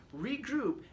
regroup